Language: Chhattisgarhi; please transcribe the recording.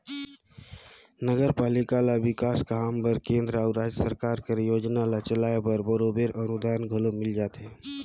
नगरपालिका ल बिकास काम बर केंद्र अउ राएज सरकार कर योजना ल चलाए बर बरोबेर अनुदान घलो मिल जाथे